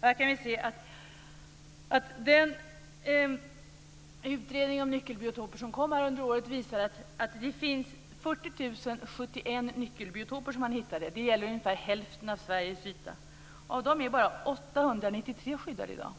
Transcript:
Här kan vi se att den utredning om nyckelbiotoper som kom under året visar att det finns 40 071 nyckelbiotoper som man hittade. Det gäller ungefär hälften av Sveriges yta. Av dessa är bara 893 skyddade i dag.